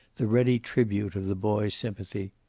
the ready tribute of the boy's sympathy.